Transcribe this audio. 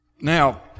Now